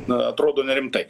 na atrodo nerimtai